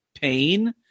pain